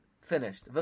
finished